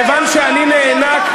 האנשים, כיוון שאני נאנק,